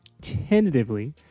tentatively